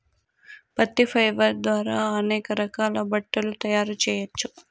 పత్తి ఫైబర్ ద్వారా అనేక రకాల బట్టలు తయారు చేయచ్చు